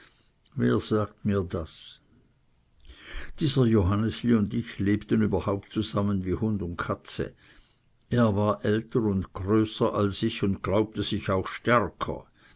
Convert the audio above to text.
wer sagt mir das dieser johannesli und ich lebten überhaupt zusammen wie hund und katze er war älter und größer als ich und glaubte sich auch stärker